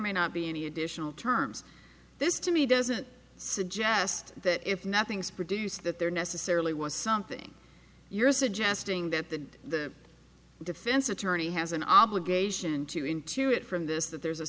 may not be any additional terms this to me doesn't suggest that if nothing's produced that there necessarily was something you're suggesting that the the defense attorney has an obligation to intuit from this that there's a